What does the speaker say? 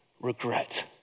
regret